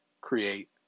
create